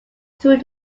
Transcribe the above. through